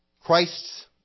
Christ's